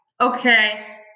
Okay